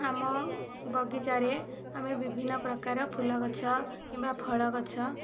ଆମ ବଗିଚାରେ ଆମେ ବିଭିନ୍ନ ପ୍ରକାର ଫୁଲ ଗଛ କିମ୍ବା ଫଳ ଗଛ